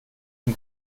dem